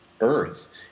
earth